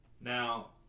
Now